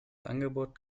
angebot